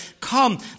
Come